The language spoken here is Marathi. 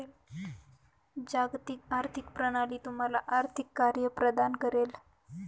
जागतिक आर्थिक प्रणाली तुम्हाला आर्थिक कार्ये प्रदान करेल